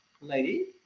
lady